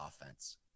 offense